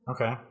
Okay